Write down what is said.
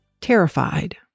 terrified